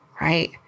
right